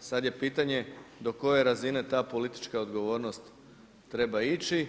Sad je pitanje do koje razine ta politička odgovornost treba ići